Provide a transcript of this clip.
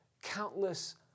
Countless